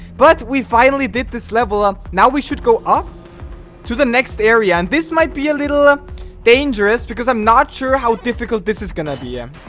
but we finally did this level up now we should go up to the next area and this might be a little dangerous because i'm not sure how difficult this is gonna be em